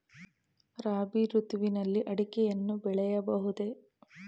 ರಾಬಿ ಋತುವಿನಲ್ಲಿ ಅಡಿಕೆಯನ್ನು ಬೆಳೆಯಬಹುದೇ?